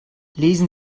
lesen